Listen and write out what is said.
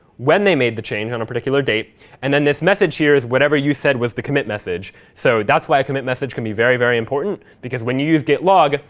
when they made the change, on a particular date, and then this message here is whatever you said was the commit message. so that's why a commit message can be very, very important. because when you use git log,